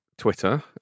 Twitter